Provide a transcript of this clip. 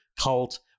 cult